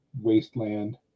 wasteland